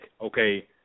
okay